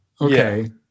Okay